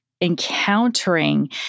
encountering